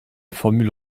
formule